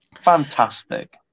Fantastic